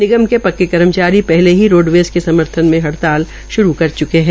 निगम के पक्के कर्मचारी पहले ही रोडवेज़ के समर्थन में हड़ताल शुरू कर च्के है